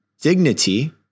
dignity